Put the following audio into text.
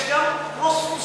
יש גם רוסים.